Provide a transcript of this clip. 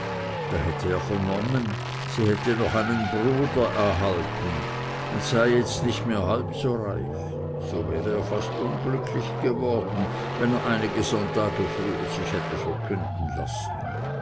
da hätte er vernommen sie hätte noch einen bruder erhalten und sei jetzt nicht mehr halb so reich so wäre er fast unglücklich geworden wenn er einige sonntage früher sich hätte verkünden lassen